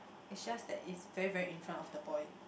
it's just that it's very very in front of the boy